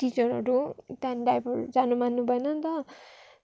टिचरहरू त्यहाँदेखि डाइभरहरू जानु मान्नु भएन नि त